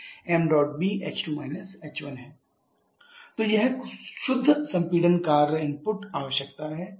Wdot CmAh6 h5mBh2 h1161 kW तो यह शुद्ध संपीड़न काम इनपुट आवश्यकता है